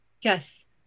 Yes